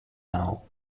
now